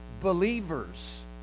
believers